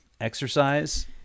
exercise